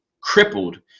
crippled